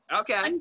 Okay